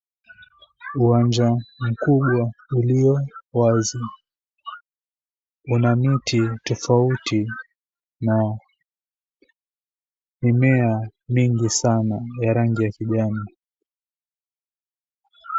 Uwanja mkubwa ulio wazi, una miti tofauti na mimea mingi sana ya rangi ya kijani.